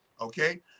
okay